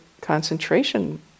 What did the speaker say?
concentration